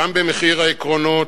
גם במחיר העקרונות,